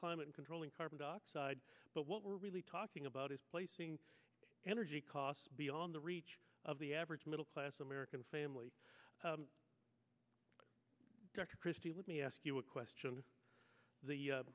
climate controlling carbon dioxide but what we're really talking about is placing energy costs beyond the reach of the average middle class american family director christie let me ask you a question the